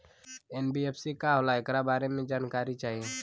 NBFC का होला ऐकरा बारे मे जानकारी चाही?